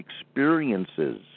experiences